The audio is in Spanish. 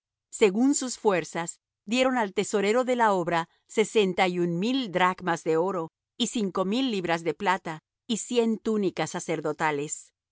según sus fuerzas dieron al tesorero de la obra sesenta y un mil dracmas de oro y cinco mil libras de plata y cien túnicas sacerdotales